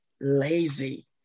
lazy